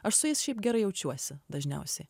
aš su jais šiaip gerai jaučiuosi dažniausiai